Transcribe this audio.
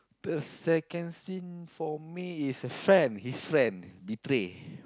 the second scene for me is a friend his friend betray